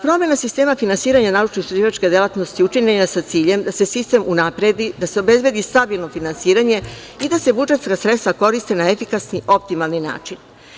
Promena sistema finansiranja naučno-istraživačke delatnosti učinjena je sa ciljem da se sistem unapredi, da se obezbedi stabilno finansiranje i da se budžetska sredstva koriste na efikasan i optimalni način.